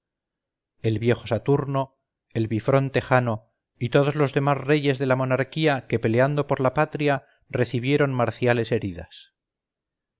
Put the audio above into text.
el viejo saturno el bifronte jano y todos los demás reyes de la monarquía que peleando por la patria recibieron marciales heridas